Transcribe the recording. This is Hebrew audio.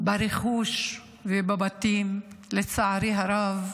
ברכוש ובבתים, לצערי הרב.